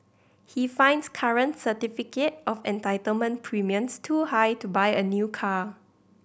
he finds current certificate of entitlement premiums too high to buy a new car